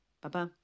Bye-bye